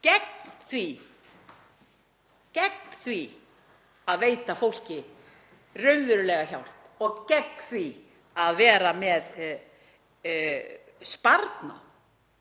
gegn því að veita fólki raunverulega hjálp og gegn því að viðhafa sparnað